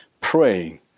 praying